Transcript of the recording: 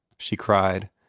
she cried.